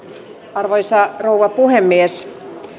arvoisa rouva puhemies